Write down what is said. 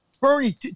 Bernie